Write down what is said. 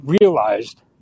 realized